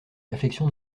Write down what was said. réflexion